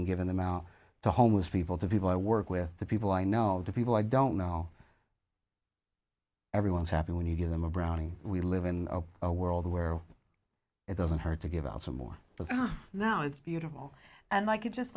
and given them out to homeless people to people i work with the people i know the people i don't know everyone's happy when you give them a browning we live in a world where it doesn't hurt to give out some more but now it's beautiful and